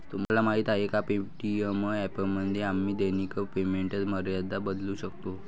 तुम्हाला माहीत आहे का पे.टी.एम ॲपमध्ये आम्ही दैनिक पेमेंट मर्यादा बदलू शकतो?